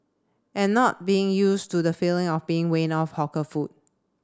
and not being used to the feeling of being weaned off hawker food